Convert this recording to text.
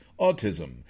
autism